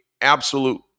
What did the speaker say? absolute